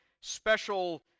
special